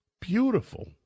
Beautiful